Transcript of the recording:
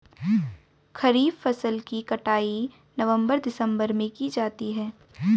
खरीफ फसल की कटाई नवंबर दिसंबर में की जाती है